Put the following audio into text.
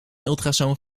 ultrasoon